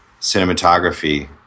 cinematography